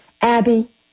Abby